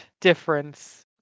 difference